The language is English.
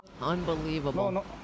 Unbelievable